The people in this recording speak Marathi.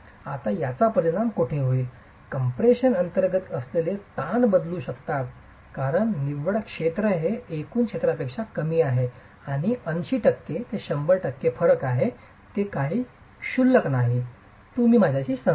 आता याचा परिणाम कोठे होईल कम्प्रेशन अंतर्गत असलेले ताण बदलू शकतात कारण निव्वळ क्षेत्र हे एकूण क्षेत्रापेक्षा कमी आहे आणि 80 टक्के ते 100 टक्के फरक आहे ते काही क्षुल्लक नाही तुम्ही माझ्याशी सहमत व्हाल